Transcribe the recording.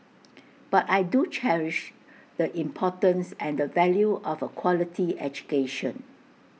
but I do cherish the importance and the value of A quality education